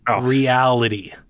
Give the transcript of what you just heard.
reality